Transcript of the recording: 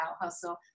hustle